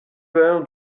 peur